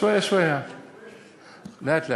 שוואיה שוואיה, לאט-לאט.